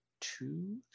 two